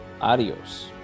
Adios